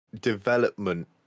development